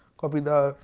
copy the